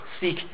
seek